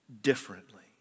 differently